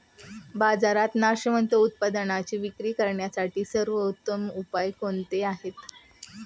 बाजारात नाशवंत उत्पादनांची विक्री करण्यासाठी सर्वोत्तम उपाय कोणते आहेत?